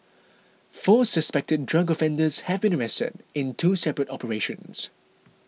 four suspected drug offenders have been arrested in two separate operations